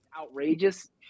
outrageous